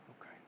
Okay